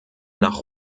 nach